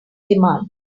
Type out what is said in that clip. demand